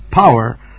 power